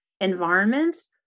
environments